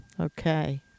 Okay